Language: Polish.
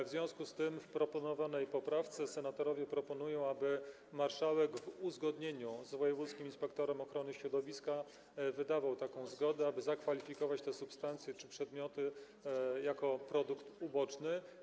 W związku z tym w proponowanej poprawce senatorowie proponują, aby marszałek w uzgodnieniu z wojewódzkim inspektorem ochrony środowiska wydawał zgodę, aby zakwalifikować te substancje czy przedmioty jako produkty uboczne.